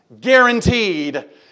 guaranteed